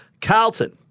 Carlton